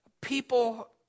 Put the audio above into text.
people